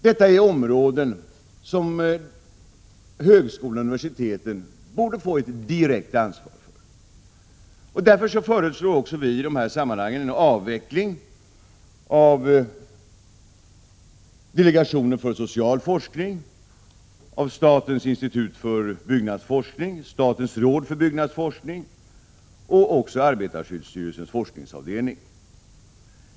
Detta är områden som högskolorna och universiteten borde få ett direkt ansvar för. Därför föreslår vi i det här sammanhanget en avveckling av delegationen för social forskning, av statens institut för byggnadsforskning, statens råd för byggnadsforskning och arbetarskyddsstyrelsens forskningsavdelning.